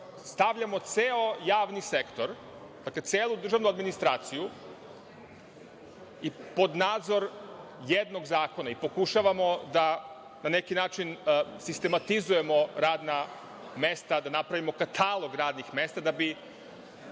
stavljamo ceo javni sektor, dakle celu državnu administraciju i pod nadzor jednog zakona i pokušavamo da na neki način sistematizujemo radna mesta, da napravimo katalog radnih mesta da bi